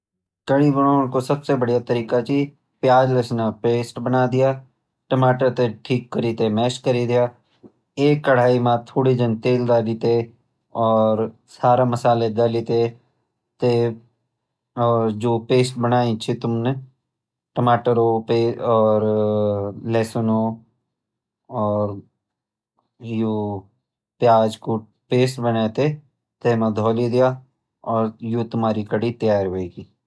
कढी बनोण कु सबसे बढिया तरीका छ प्याज लहसुन कू पेस्ट बना दिया टमाटर तै ठीक करी तै मेस करी द्या एक कडायी म थोडी जन तेल डाली तै और सारा मसाला डाली तै और जु पेस्ट बनायी छ तुमने टमाटर हो पेस्ट और लहसुन हो और यू प्याज कू पेस्ट बनायी थै तै म धरी द्या और जु तुम्हारी कढी तैयार होएगी।